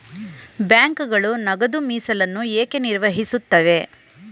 ಬ್ಯಾಂಕುಗಳು ನಗದು ಮೀಸಲನ್ನು ಏಕೆ ನಿರ್ವಹಿಸುತ್ತವೆ?